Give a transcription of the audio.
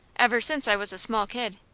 ever since i was a small kid.